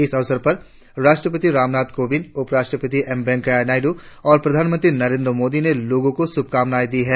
इस अवसर पर राष्ट्रपति रामनाथ कोविंग उपराष्ट्रपति एम वेंकैया नायडू और प्रधानमंत्री नरेन्द्र मोदी ने लोगों को शुभकामनाएं दी है